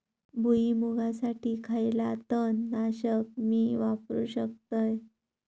भुईमुगासाठी खयला तण नाशक मी वापरू शकतय?